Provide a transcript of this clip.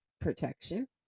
protection